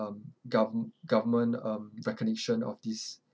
um gov~ government um recognition of these